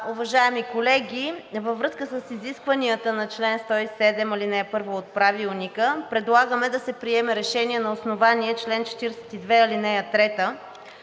Уважаеми колеги, във връзка с изискванията на чл. 107, ал. 1 от Правилника предлагаме да се приеме решение на основание чл. 42, ал. 3 за